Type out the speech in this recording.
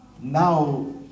now